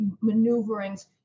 maneuverings